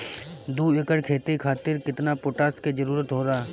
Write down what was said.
दु एकड़ खेती खातिर केतना पोटाश के जरूरी होला?